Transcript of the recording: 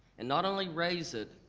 and not only raise it,